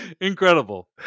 Incredible